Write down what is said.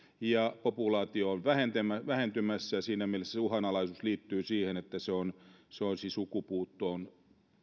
ja populaatio on vähentymässä siinä mielessä se uhanalaisuus liittyy siihen että se olisi sukupuuttoon